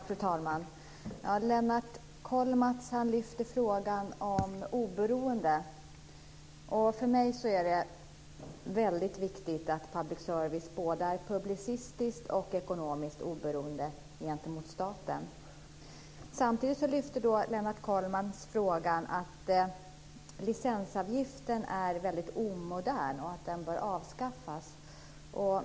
Fru talman! Lennart Kollmats lyfter fram frågan om oberoende. För mig är det väldigt viktigt att public service är både publicistiskt och ekonomiskt oberoende gentemot staten. Samtidigt säger Lennart Kollmats att licensavgiften är väldigt omodern och bör avskaffas.